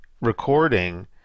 recording